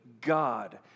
God